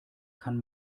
kann